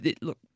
look